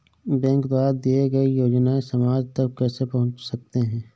Bank द्वारा दिए गए योजनाएँ समाज तक कैसे पहुँच सकते हैं?